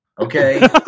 Okay